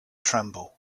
tremble